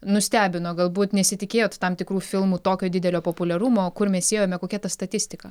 nustebino galbūt nesitikėjot tam tikrų filmų tokio didelio populiarumo kur mes ėjome kokia ta statistika